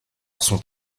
sont